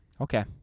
Okay